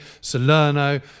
Salerno